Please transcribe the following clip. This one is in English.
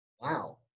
wow